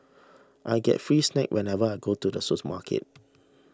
I get free snacks whenever I go to the supermarket